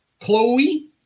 Chloe